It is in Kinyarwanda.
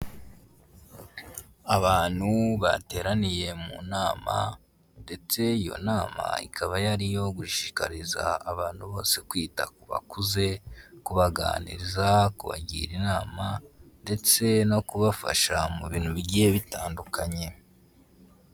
Abantu bateraniye mu nama ndetse iyo nama ikaba yari iyo gushikariza abantu bose kwita ku bakuze, kubaganiriza, kubagira inama ndetse no kubafasha mu bintu bigiye bitandukanye.